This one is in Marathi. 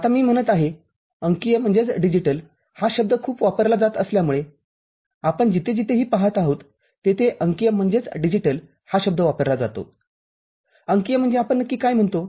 आता मी म्हणत आहे अंकीय हा शब्द खूप वापरला जात असल्यामुळे आपण जिथे जिथेही पहात आहोत तिथे अंकीय हा शब्द वापरला जातो अंकीय म्हणजे आपण नक्की काय म्हणतो